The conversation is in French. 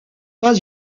pas